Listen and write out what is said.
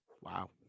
Wow